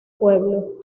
pueblo